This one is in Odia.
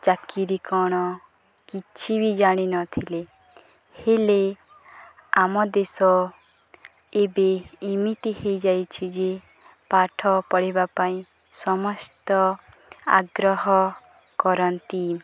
ଚାକିରୀ କ'ଣ କିଛି ବି ଜାଣିନଥିଲେ ହେଲେ ଆମ ଦେଶ ଏବେ ଏମିତି ହେଇଯାଇଛି ଯେ ପାଠ ପଢ଼ିବା ପାଇଁ ସମସ୍ତ ଆଗ୍ରହ କରନ୍ତି